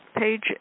Page